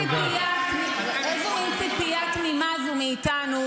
איזו מין ציפייה תמימה זו מאיתנו,